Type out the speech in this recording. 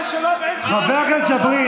חבר הכנסת ג'בארין,